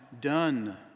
done